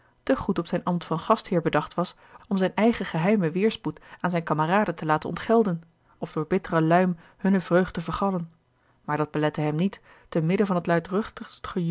te goed op zijn ambt van gastheer bedacht was om zijn eigen geheimen weêrspoed aan zijne kameraden te laten ontgelden of door bittere luim hunne vreugd te vergallen maar dat belette hem niet te midden van het luidruchtigst